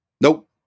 Nope